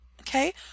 Okay